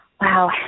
Wow